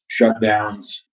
shutdowns